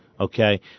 Okay